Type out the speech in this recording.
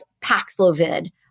Paxlovid